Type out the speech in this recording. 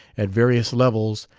at various levels,